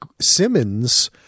Simmons